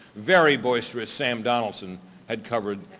very boisterous sam donaldson had covered